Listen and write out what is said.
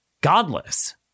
godless